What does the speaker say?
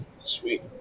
Sweet